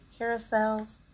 carousels